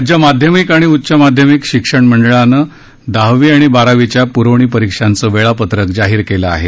राज्य माध्यमिक आणि उच्च माध्यमिक शिक्षण मंडळानं दहावी आणि बारावीच्या पुरवणी परीक्षांचं वेळापत्रक जाहीर केलं आहे